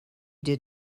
did